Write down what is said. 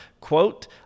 quote